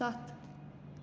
سَتھ